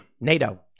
NATO